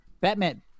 Batman